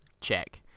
Check